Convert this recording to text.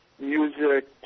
music